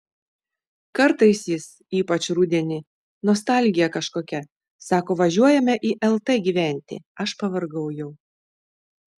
kartais jis ypač rudenį nostalgija kažkokia sako važiuojame į lt gyventi aš pavargau jau